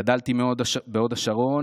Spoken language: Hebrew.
גדלתי בהוד השרון,